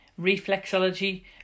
reflexology